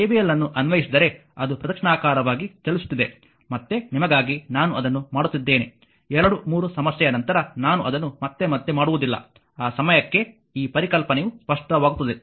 KVL ಅನ್ನು ಅನ್ವಯಿಸಿದರೆ ಅದು ಪ್ರದಕ್ಷಿಣಾಕಾರವಾಗಿ ಚಲಿಸುತ್ತಿದೆ ಮತ್ತೆ ನಿಮಗಾಗಿ ನಾನು ಅದನ್ನು ಮಾಡುತ್ತಿದ್ದೇನೆ ಎರಡು ಮೂರು ಸಮಸ್ಯೆಯ ನಂತರ ನಾನು ಅದನ್ನು ಮತ್ತೆ ಮತ್ತೆ ಮಾಡುವುದಿಲ್ಲ ಆ ಸಮಯಕ್ಕೆ ಈ ಪರಿಕಲ್ಪನೆಯು ಸ್ಪಷ್ಟವಾಗುತ್ತದೆ